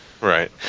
Right